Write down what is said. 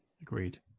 Agreed